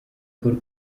paul